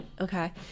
Okay